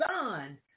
son